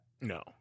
No